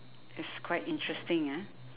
it's quite interesting ah